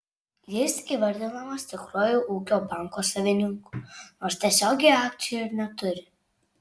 jis įvardinamas tikruoju ūkio banko savininku nors tiesiogiai akcijų ir neturi